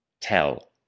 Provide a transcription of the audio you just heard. Tell